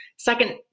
Second